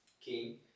King